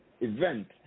event